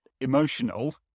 emotional